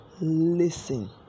listen